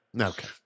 okay